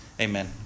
Amen